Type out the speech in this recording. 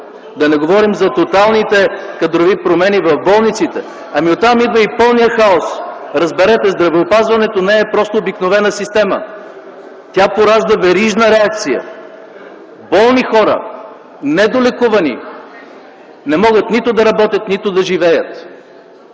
да не говорим за тоталните кадрови промени в болниците. Ами оттам идва и пълният хаос. Разберете – здравеопазването не е просто обикновена система, тя поражда верижна реакция! Болни хора, недолекувани, не могат нито да работят, нито да живеят.